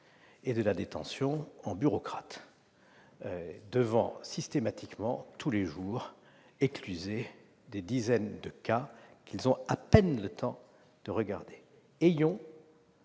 et de la détention en bureaucrates devant systématiquement, tous les jours, écluser des dizaines de cas qu'ils ont à peine le temps d'examiner. Ayons